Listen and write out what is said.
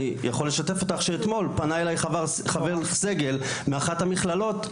אני יכול לשתף אותך שאתמול פנה אליי חבר סגל מאחת המכללות,